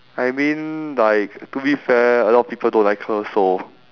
I mean like to be fair a lot of people don't like her also